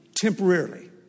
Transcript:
temporarily